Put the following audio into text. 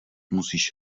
musíš